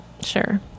Sure